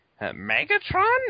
Megatron